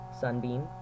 Sunbeam